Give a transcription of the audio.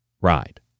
ride